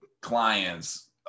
clients